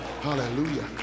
Hallelujah